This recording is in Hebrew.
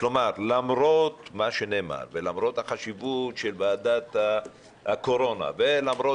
כלומר: למרות מה שנאמר ולמרות החשיבות של ועדת הקורונה ולמרות